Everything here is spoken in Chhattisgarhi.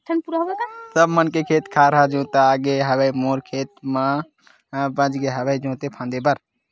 सब झन के खेत खार ह जोतागे हवय मोरे खेत मन ह बचगे हवय जोते फांदे बर